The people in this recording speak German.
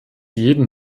jeden